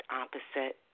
opposite